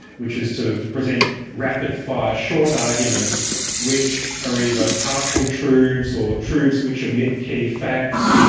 which is to present rapid-fire short arguments which are either partial truths or truths which emit key facts,